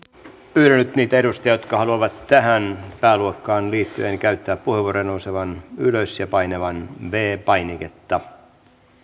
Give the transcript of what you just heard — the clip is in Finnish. pyydän nyt niitä edustajia jotka haluavat tähän pääluokkaan liittyen käyttää puheenvuoron nousemaan ylös ja painamaan viides painiketta